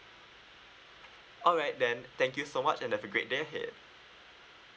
alright then thank you so much and have a great day ahead